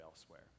elsewhere